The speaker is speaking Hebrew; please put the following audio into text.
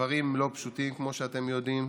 הדברים לא פשוטים כמו שאתם יודעים,